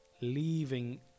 leaving